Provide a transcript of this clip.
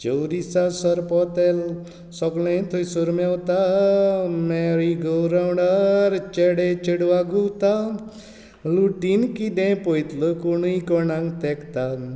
चोवरिसां सोरपोतेल सोगळें थोयसोर मेवता मॅरी गो रावंडार चेडे चेडवां घुंवता लुट्टीन कितें पोयत्लो कोणीय कोणांग तेंकता